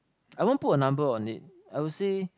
I won't put a number on it I would say